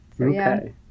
Okay